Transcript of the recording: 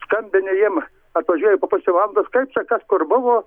skambini jiem atvažiuoja po pusė valandos kaip čia kas kur buvo